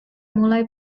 mulai